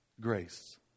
Grace